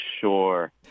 sure